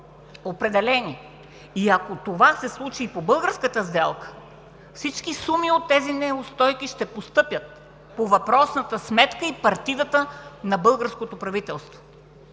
определени. Ако това се случи и по българската сделка, всички суми от тези неустойки ще постъпят по въпросната сметка и партидата на българското правителство.